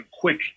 quick